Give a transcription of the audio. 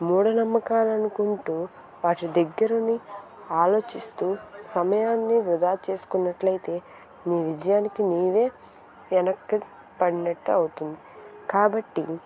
మూఢనమ్మకాలనుకుంటూ వాటి దగ్గరని ఆలోచిస్తూ సమయాన్ని వృధా చేసుకున్నట్లయితే మీ విజయానికి నీవే ఎనక్కి పడినట్టు అవుతుంది కాబట్టి